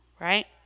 right